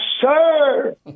sir